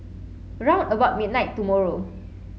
round about midnight tomorrow